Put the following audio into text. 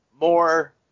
more